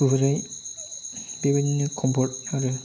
गुरै बेबायदिनो कमपर्ट आरो